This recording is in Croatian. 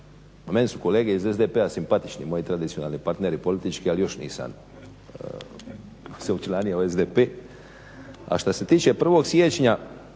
meni su kolege iz SDP-a simpatični, moji tradicionalni partneri politički, ali još nisam se učlanio u SDP. A što se tiče 1. siječnja,